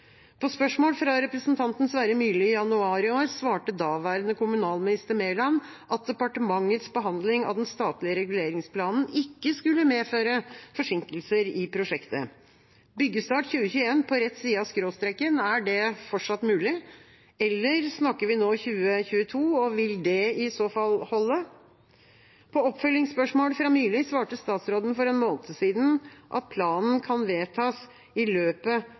På spørsmål fra representanten Sverre Myrli i januar i år svarte daværende kommunalminister Mæland at departementets behandling av den statlige reguleringsplanen ikke skulle medføre forsinkelser i prosjektet. Byggestart 2021, på rett side av skråstreken: Er det fortsatt mulig, eller snakker vi nå 2022? Vil det i så fall holde? På skriftlig spørsmål fra representanten Myrli svarte statsråden for en måned siden at planen kan vedtas «i løpet